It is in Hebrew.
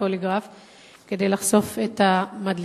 כדי לחשוף את המדליפים,